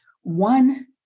one